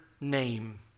name